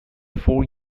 four